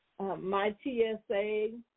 MyTSA